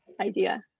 idea